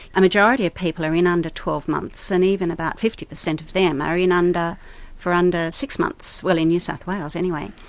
majority of people are in under twelve months, and even about fifty per cent of them are in and for under six months, well in new south wales, anyway.